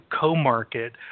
co-market